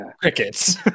Crickets